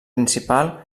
principal